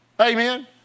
Amen